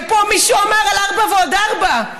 ופה מישהו אמר על ארבע ועוד ארבע: